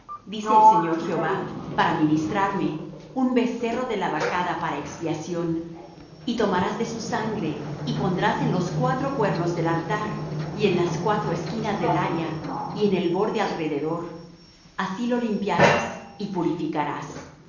dice el señor jehová para ministrarme un becerro de la vacada para expiación y tomarás de su sangre y pondrás en los cuatro cuernos del altar y en las cuatro esquinas del área y en el borde alrededor así lo limpiarás y purificarás